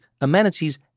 amenities